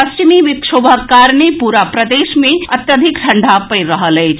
पश्चिमी विक्षोभक कारणे पूरा प्रदेश मे अत्यधिक ठंडा पड़ि रहल अछि